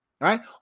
right